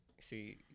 See